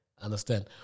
Understand